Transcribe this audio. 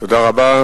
תודה רבה.